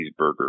cheeseburger